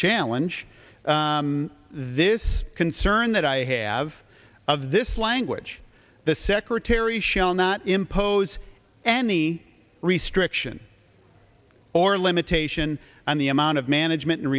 challenge this concern that i have of this language the secretary shall not impose any restriction or limitation on the amount of management